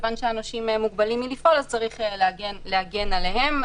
מכיוון שאנשים מוגבלים מלפעול צריך להגן עליהם.